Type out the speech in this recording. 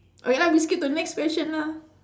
okay come we skip to the next question lah